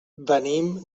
venim